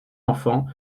enfants